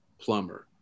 plumber